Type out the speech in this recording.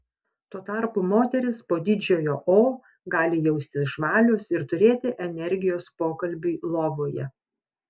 tuo tarpu moterys po didžiojo o gali jaustis žvalios ir turėti energijos pokalbiui lovoje